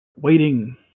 waiting